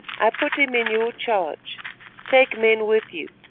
i put him in your charge take men with you,